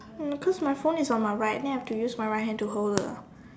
um cause my phone is on my right and then I have to use my right hand to hold the